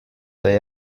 تای